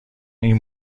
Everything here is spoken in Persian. این